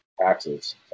taxes